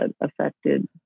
affected